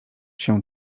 się